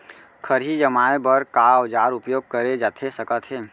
खरही जमाए बर का औजार उपयोग करे जाथे सकत हे?